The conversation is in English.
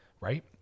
right